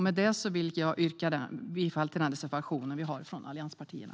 Med det vill jag yrka bifall till reservationen från allianspartierna.